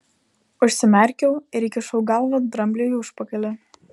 užsimerkiau ir įkišau galvą drambliui į užpakalį